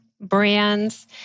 brands